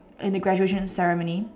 in the graduation ceremony